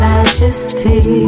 Majesty